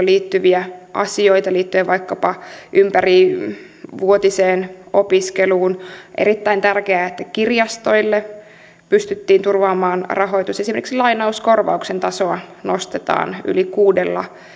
liittyviä asioita liittyen vaikkapa ympärivuotiseen opiskeluun on erittäin tärkeää että kirjastoille pystyttiin turvaamaan rahoitus esimerkiksi lainauskorvauksen tasoa nostetaan yli kuudella